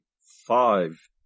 five